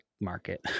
market